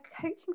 coaching